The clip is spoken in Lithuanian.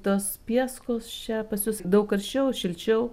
tos pieskos čia pas jus daug karščiau šilčiau